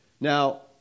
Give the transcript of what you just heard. Now